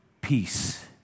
peace